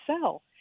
sell